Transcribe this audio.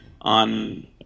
on